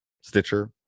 Stitcher